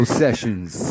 sessions